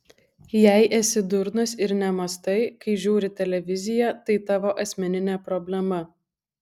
jei esi durnas ir nemąstai kai žiūri televiziją tai tavo asmeninė problema